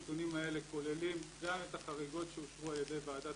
הנתונים האלה כוללים גם את החריגות שאושרו על ידי ועדת